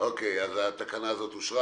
בעד התקנה פה אחד התקנה אושרה.